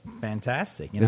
fantastic